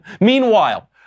Meanwhile